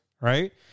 Right